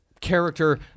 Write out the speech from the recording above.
character